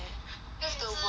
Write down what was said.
that's the worst part